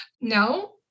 no